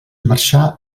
marxà